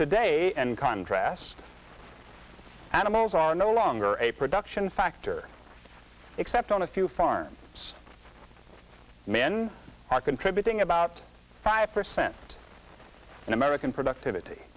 today and contrast animals are no longer a production factor except on a few farms men are contributing about five percent in american productivity